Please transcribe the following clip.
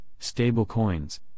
stablecoins